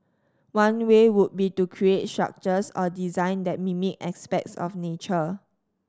one way would be to create structures or designs that mimic aspects of nature